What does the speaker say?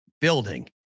building